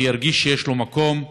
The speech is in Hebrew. שירגיש שיש לו מקום,